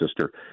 sister